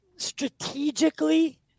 strategically